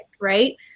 right